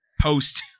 Post